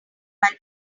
while